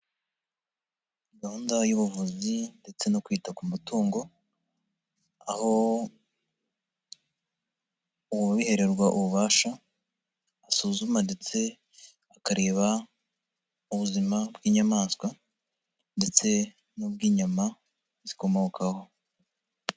Gahunda y'ubuvuzi ndetse no kwita ku mutungo aho ubihererwa ububasha asuzuma ndetse akareba ubuzima bw'inyamaswa ndetse n'ubw'inyama zikomokaho.